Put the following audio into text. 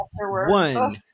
One